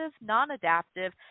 non-adaptive